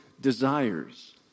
desires